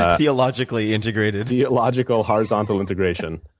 theologically integrated. theological, horizontal integration.